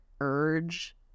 urge